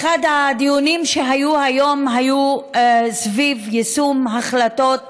אחד הדיונים שהיה היום היה על יישום החלטות